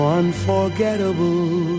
unforgettable